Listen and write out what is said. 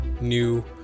new